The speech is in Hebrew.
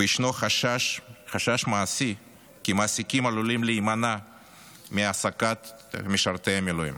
וישנו חשש מעשי כי מעסיקים עלולים להימנע מהעסקת משרתי המילואים.